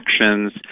actions